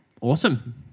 Awesome